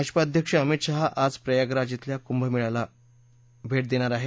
भाजपा अध्यक्ष अमित शहा आज प्रयागराज ब्रिल्या कुंभमेळ्याला भेट देणार आहेत